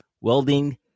welding